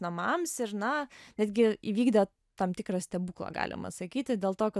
namams ir na netgi įvykdė tam tikrą stebuklą galima sakyti dėl to kad